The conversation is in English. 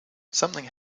something